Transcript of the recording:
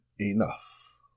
Enough